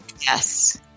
Yes